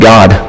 God